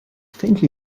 faintly